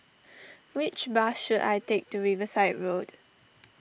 which bus should I take to Riverside Road